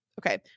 okay